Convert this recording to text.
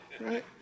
right